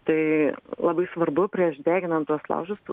tai labai svarbu prieš deginant tuos laužus